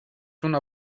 una